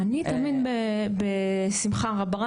אני תמיד בשמחה רבה,